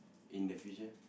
in the future